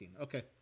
Okay